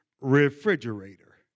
refrigerator